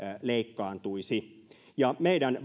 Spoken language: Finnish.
leikkaantuisi meidän